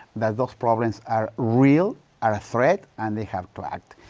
that those problems are real, are a threat, and they have to act.